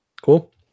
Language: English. Cool